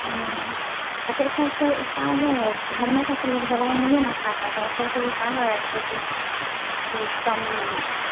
हुँ अच्छा एकर कोई उपायों है घरेलु हमेश सँ तऽ लोक द्वि नहिये नऽ खा सकै अछि एकर कोई उपायो छै जैसे कम